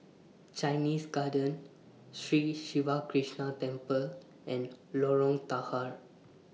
Chinese Garden Sri Siva Krishna Temple and Lorong Tahar